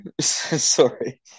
Sorry